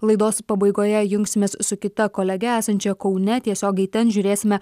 laidos pabaigoje jungsimės su kita kolege esančia kaune tiesiogiai ten žiūrėsime